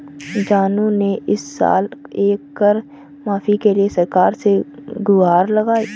जानू ने इस साल कर माफी के लिए सरकार से गुहार लगाई